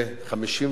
55 שנים,